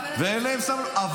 ואין להם סבלנות.